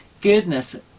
goodness